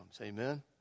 Amen